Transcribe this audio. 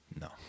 No